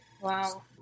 wow